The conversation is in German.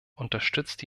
unterstützt